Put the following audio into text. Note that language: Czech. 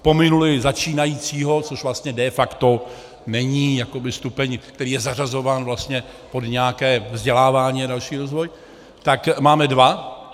Pominuli začínajícího, což vlastně de facto není jakoby stupeň, který je zařazován vlastně pod nějaké vzdělávání a další rozvoj, tak máme dva.